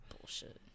bullshit